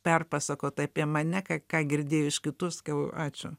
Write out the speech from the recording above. perpasakot apie mane ką girdėjo iš kitų sakiau ačiū